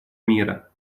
мира